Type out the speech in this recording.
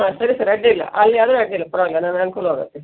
ಹಾಂ ಸರಿ ಸರ್ ಅಡ್ಡಿಯಿಲ್ಲ ಅಲ್ಲಿ ಆದರೆ ಅಡ್ಡಿಯಿಲ್ಲ ಪರವಾಗಿಲ್ಲ ನನಗನುಕೂಲವಾಗುತ್ತೆ